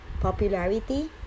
popularity